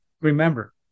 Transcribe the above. remember